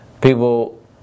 people